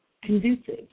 Conducive